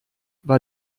war